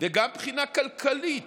וגם מבחינה כלכלית,